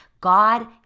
God